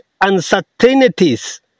uncertainties